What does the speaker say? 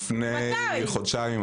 לפני חודשיים.